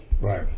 Right